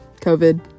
COVID